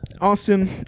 Austin